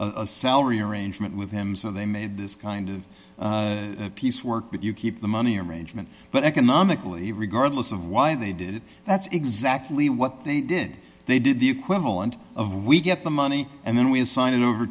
a salary arrangement with him so they made this kind of piece work but you keep the money arrangement but economically regardless of why they did it that's exactly what they did they did the equivalent we get the money and then we assign it over